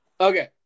okay